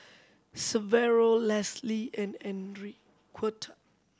Severo Lesli and Enriqueta